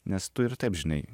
nes tu ir taip žinai